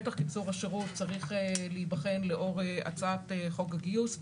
בטח קיצור השירות צריך להיבחן לאור הצעת חוק הגיוס.